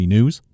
News